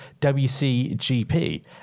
WCGP